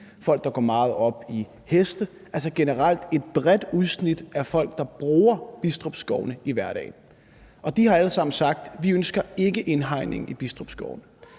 folk, der går meget op i hunde eller heste. Det er altså generelt et bredt udsnit af folk, der bruger Bidstrup Skovene i hverdagen, og de har alle sammen sagt: Vi ønsker ikke indhegning i Bidstrup Skovene.